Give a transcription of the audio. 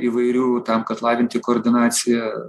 įvairių tam kad lavinti koordinaciją